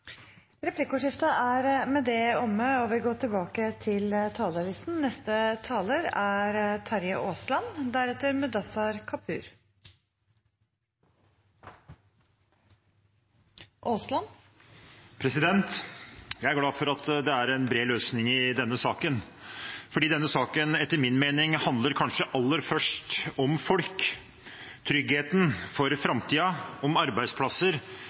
Replikkordskiftet er omme. Jeg er glad for at det er en bred løsning i denne saken, for etter min mening handler denne saken kanskje først og fremst om folk – om tryggheten for framtiden, om arbeidsplasser,